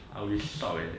I will sub eh